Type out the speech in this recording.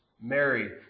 Mary